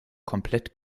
komplett